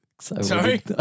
Sorry